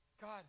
God